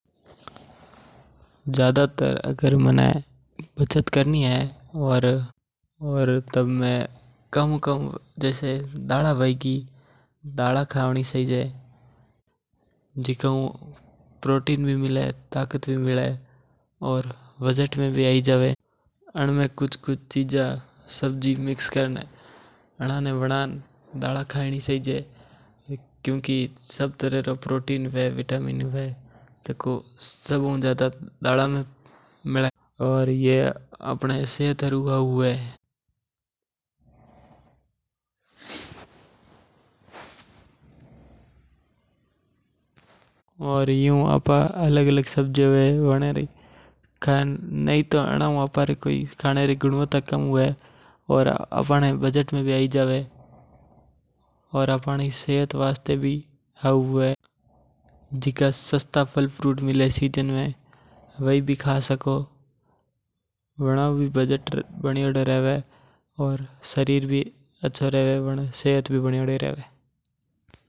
ज्यादातर अगर माने बचत करनी ह जाणे माने दाल खावनी चाहिजे वणामे प्रोटीन ज्यादा हवे और बजट में आई जावे। अणामे अलग अलग सबजिया मिला ने वणा र पाछे खावनी चाहिजे और दाल अपने शरीर हरू हउ हुवे। जिका सस्ता फल फ्रूट हवे सीजनल वणाने भी खाई साके वणा हु आपणे खाने री गुणवत्ता भी कोनी बदले और बजट में भी आई जावे।